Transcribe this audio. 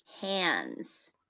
hands